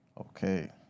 Okay